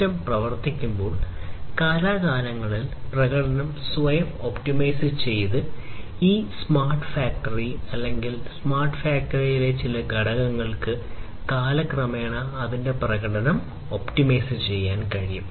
system പ്രവർത്തിക്കുമ്പോൾ കാലാകാലങ്ങളിൽ പ്രകടനം സ്വയം ഒപ്റ്റിമൈസ് ചെയ്യുന്നത് ഈ സ്മാർട്ട് ഫാക്ടറി അല്ലെങ്കിൽ ഒരു സ്മാർട്ട് ഫാക്ടറിയിലെ ചില ഘടകങ്ങൾക്ക് കാലക്രമേണ അതിന്റെ പ്രകടനം ഒപ്റ്റിമൈസ് ചെയ്യാൻ കഴിയും